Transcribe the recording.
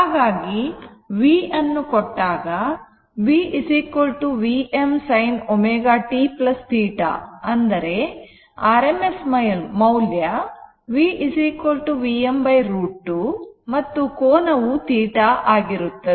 ಹಾಗಾಗಿ v ಅನ್ನು ಕೊಟ್ಟಾಗ v Vm sin ω t θ ಅಂದರೆ rms ಮೌಲ್ಯ v Vm √ 2 ಮತ್ತು ಕೋನವು θ ಆಗಿರುತ್ತದೆ